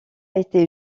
été